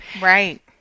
Right